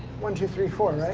one, two, three, four, right?